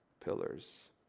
pillars